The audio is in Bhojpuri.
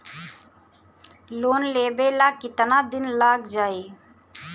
लोन लेबे ला कितना दिन लाग जाई?